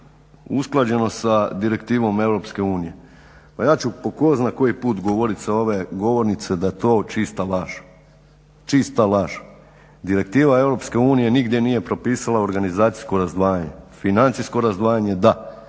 usklađeno sa Direktivom EU. Pa ja ću po tko zna koji put govoriti sa ove govornice da je to čista laž. Direktiva EU nigdje nije propisala organizacijsko razdvajanje, financijsko razdvajanje da,